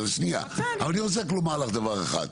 אני רוצה לומר לך דבר אחד,